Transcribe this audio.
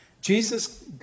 Jesus